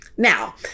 Now